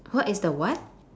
what is the what